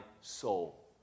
soul